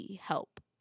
Help